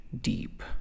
Deep